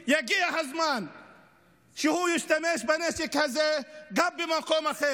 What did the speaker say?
יגיע הזמן שבו הוא ישתמש בנשק הזה גם במקום אחר,